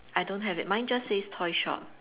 I don't have it mine just says toy shop